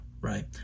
right